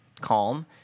calm